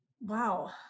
Wow